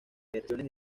versiones